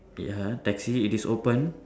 ya taxi it is open